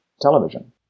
television